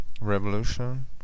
revolution